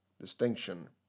distinction